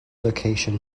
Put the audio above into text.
location